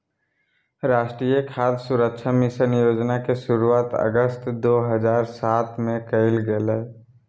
राष्ट्रीय खाद्य सुरक्षा मिशन योजना के शुरुआत अगस्त दो हज़ार सात में कइल गेलय